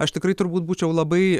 aš tikrai turbūt būčiau labai